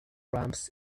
ramps